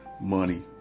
money